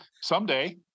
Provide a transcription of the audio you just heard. someday